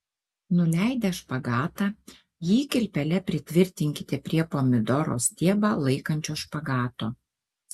nuleidę špagatą jį kilpele pritvirtinkite prie pomidoro stiebą laikančio špagato